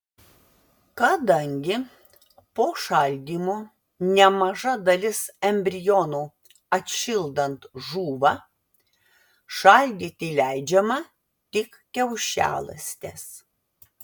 kadangi po šaldymo nemaža dalis embrionų atšildant žūva šaldyti leidžiama tik kiaušialąstes